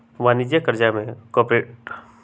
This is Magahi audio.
वाणिज्यिक करजा में कॉरपोरेट बॉन्ड सेहो सामिल कएल जाइ छइ